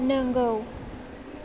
नंगौ